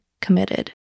committed